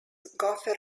gopher